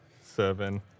seven